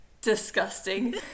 Disgusting